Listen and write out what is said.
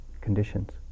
conditions